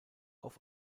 auf